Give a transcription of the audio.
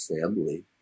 family